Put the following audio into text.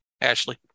Ashley